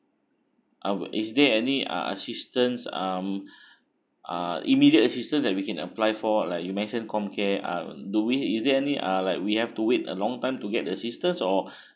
I would is there any uh assistance um uh immediate assistant that we can apply for like you mentioned com care uh do we is there any uh like we have to wait a long time to get assistance or